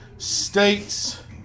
States